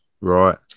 Right